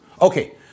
Okay